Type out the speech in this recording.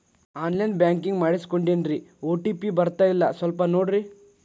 on line banking ಮಾಡಿಸ್ಕೊಂಡೇನ್ರಿ OTP ಬರ್ತಾಯಿಲ್ಲ ಸ್ವಲ್ಪ ನೋಡ್ರಿ